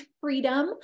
freedom